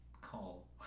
call